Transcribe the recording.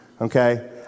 okay